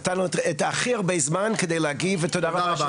נתנו לך הכי הרבה זמן כדי להגיב ותודה רבה.